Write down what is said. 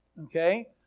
okay